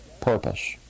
purpose